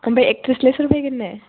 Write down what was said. ओमफ्राय एक्ट्रिसलाइ सोर फैगोन नो